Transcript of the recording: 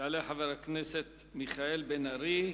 יעלה חבר הכנסת מיכאל בן-ארי.